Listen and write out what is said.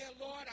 Lord